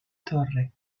torre